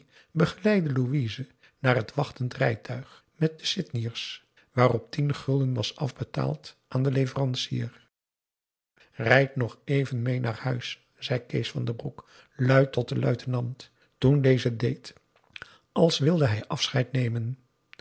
louise naar het wachtend rijtuig met de sydneyers waarop tien gulden was afbetaald aan den leverancier rijd nog even meê naar huis zei kees van den broek luid tot den luitenant toen deze deed als wilde hij afscheid nemen